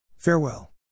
Farewell